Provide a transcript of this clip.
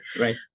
Right